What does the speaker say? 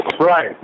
Right